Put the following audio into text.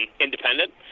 independent